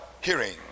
hearing